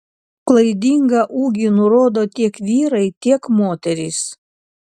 klaidingą ūgį nurodo tiek vyrai tiek moterys